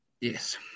Yes